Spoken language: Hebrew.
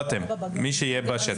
לא אתם, אלא מי שיהיה בשטח.